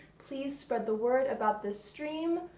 please spread the word about this stream,